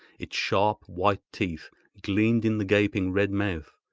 its sharp white teeth gleamed in the gaping red mouth,